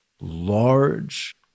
large